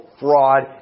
Fraud